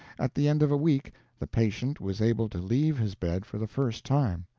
at the end of a week the patient was able to leave his bed for the first time.